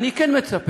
אני כן מצפה,